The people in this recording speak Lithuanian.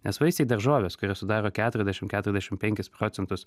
nes vaisiai daržovės kurie sudaro ketuirasdešim keturiasdešim penkis procentus